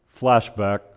flashback